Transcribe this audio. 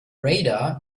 radar